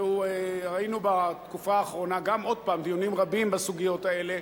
וראינו בתקופה האחרונה שוב דיונים רבים בסוגיות האלה,